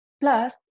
Plus